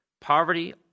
Poverty